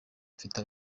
mfite